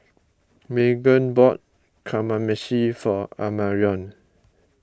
Meghan bought Kamameshi for Amarion